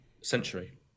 century